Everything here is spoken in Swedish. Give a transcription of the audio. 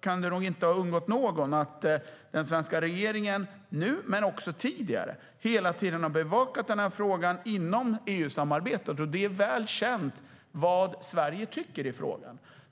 kan det nog inte ha undgått någon att den svenska regeringen nu, men också tidigare, hela tiden har bevakat frågan inom EU-samarbetet, och det är väl känt vad Sverige tycker i frågan.